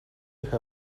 have